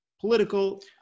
political